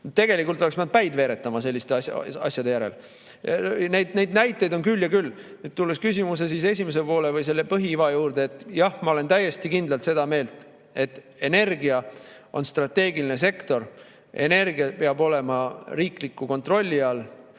Tegelikult oleks pidanud päid veeretama selliste asjade järel. Neid näiteid on küll ja küll. Tulles küsimuse esimese poole või selle põhiiva juurde, siis jah, ma olen täiesti kindlalt seda meelt, et energia on strateegiline sektor, energia peab olema riikliku kontrolli all,